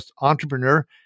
Entrepreneur